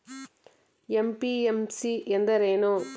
MPMC ಎಂದರೇನು?